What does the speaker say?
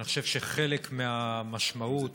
אני חושב שחלק מהמשמעות